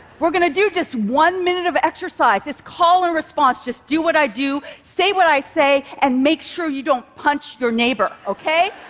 we're going to do just one minute of exercise. it's call-and-response, just do what i do, say what i say, and make sure you don't punch your neighbor, ok?